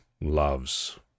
loves